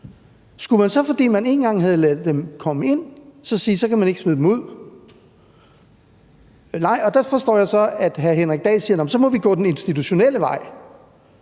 Skulle man så, fordi man én gang havde ladet dem komme ind, sige, at så kan man ikke smide dem ud? Nej, der forstår jeg så, at hr. Henrik Dahl siger: Nå, så må vi gå den institutionelle vej.